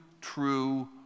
true